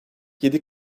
yedi